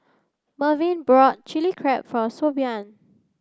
Mervyn bought chilli crab for Siobhan